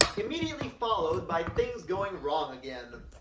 immediately followed by things going wrong again.